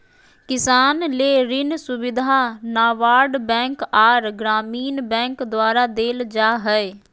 किसान ले ऋण सुविधा नाबार्ड बैंक आर ग्रामीण बैंक द्वारा देल जा हय